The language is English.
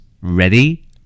Ready